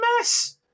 mess